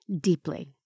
deeply